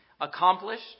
accomplished